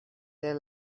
their